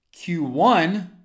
Q1